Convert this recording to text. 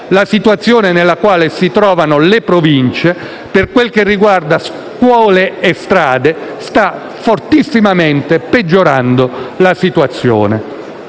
la situazione nella quale si trovano le province, per quel che riguarda scuole e strade, sta fortissimamente peggiorando la situazione.